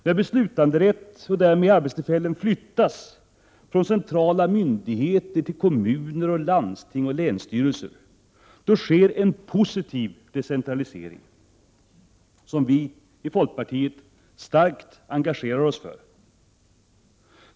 När beslutanderätten och därmed arbetstillfällen flyttas från centrala myndigheter till kommuner, landsting och länsstyrelser sker en positiv decentralisering, som vi i folkpartiet starkt engagerar oss för.